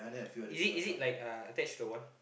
is it is it like uh attached to the wall